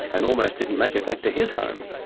and almost didn't make it back to his home.